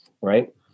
right